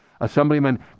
Assemblyman